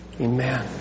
Amen